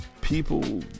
People